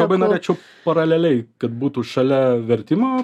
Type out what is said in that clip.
labai norėčiau paraleliai kad būtų šalia vertimo